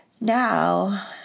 now